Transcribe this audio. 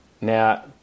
Now